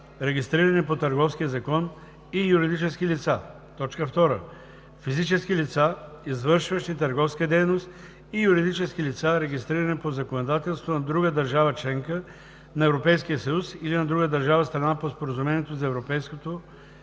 регистрирани по Търговския закон, и юридически лица; 2. физически лица, извършващи търговска дейност, и юридически лица, регистрирани по законодателството на друга държава – членка на Европейския съюз, или на друга държава – страна по Споразумението за Европейското